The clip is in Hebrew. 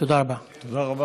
תודה רבה.